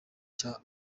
cya